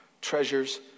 treasures